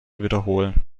wiederholen